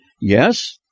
Yes